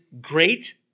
great